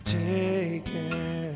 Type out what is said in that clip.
taken